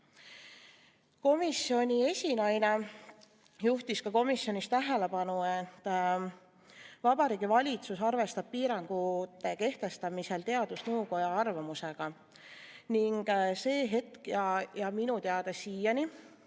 Komisjoni esinaine juhtis ka komisjonis tähelepanu, et Vabariigi Valitsus arvestab piirangute kehtestamisel teadusnõukoja arvamusega, ning sel hetkel oli – ja minu teada on siiani